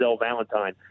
Valentine